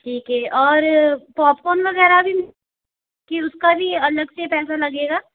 ठीक है और पॉपकोन वगैरह भी कि उसका भी अलग से पैसा लगेगा